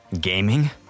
Gaming